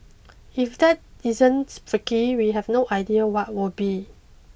if that isn't freaky we have no idea what would be